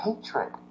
hatred